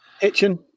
Hitchin